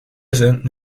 senden